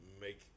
make